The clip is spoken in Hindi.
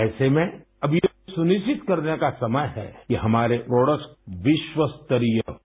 ऐसे में अब यह सुनिश्चित करने का समय है कि हमारे प्रोडक्ट्स विश्वस्तरीय हों